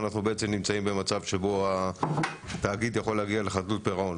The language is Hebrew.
אנחנו נמצאים במצב שבו התאגיד יכול להגיע לחדלות פירעון,